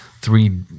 three